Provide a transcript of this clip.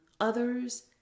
others